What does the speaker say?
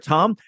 Tom